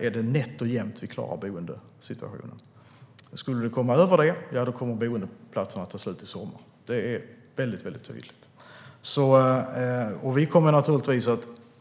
är det nätt och jämnt att vi klarar av boendesituationen. Skulle det komma ännu fler kommer boendeplatserna att ta slut i sommar. Det visar prognoserna tydligt.